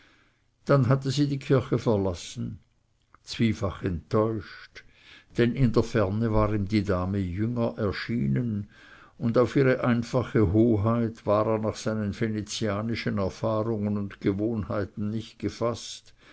dann hatte sie die kirche verlassen zwiefach enttäuscht denn in der ferne war ihm die dame jünger erschienen und auf ihre einfache hoheit war er nach seinen venezianischen erfahrungen und gewohnheiten nicht gefaßt